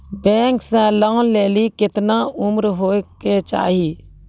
Bank से loan लेली केतना उम्र होय केचाही?